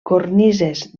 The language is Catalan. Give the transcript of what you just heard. cornises